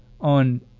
on